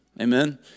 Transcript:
Amen